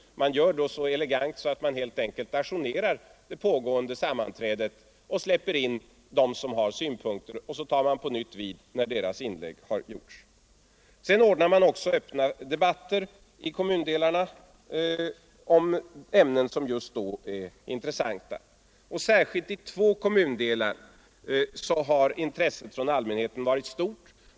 Man gör detta så elegant att man helt enkelt ajournerar det pågående sammanträdet och släpper in dem som har synpunkter, och så tar man på nytt vid när deras inlägg har gjorts. Dessutom ordnar kommundelsråden särskilda öppna debatter i kommundelarna om ämnen som just då är intressanta. Särskilt i två kommundelar har intresset från allmänheten varit stort.